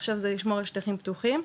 עכשיו זה לשמור על שטחים פתוחים,